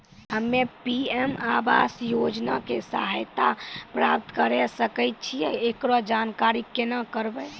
हम्मे पी.एम आवास योजना के सहायता प्राप्त करें सकय छियै, एकरो जानकारी केना करबै?